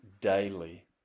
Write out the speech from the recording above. daily